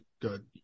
Good